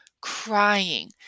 crying